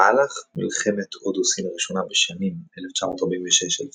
במהלך מלחמת הודו-סין הראשונה, בשנים 1954–1946,